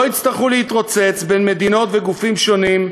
יצטרכו להתרוצץ בין מדינות וגופים שונים,